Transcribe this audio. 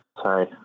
sorry